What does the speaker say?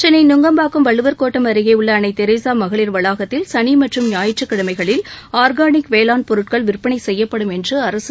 சென்னை நங்கம்பாக்கம் வள்ளுவர் கோட்டம் அருகே உள்ள அன்னை தெரசா மகளிர் வளாகத்தில் சனி மற்றும் ஞாயிற்றுக் கிழமைகளில் ஆர்கானிக் வேளாண் பொருட்கள் விற்பனை செய்யப்படும் என்று அரசு செய்திக்குறிப்பு கூறுகிறது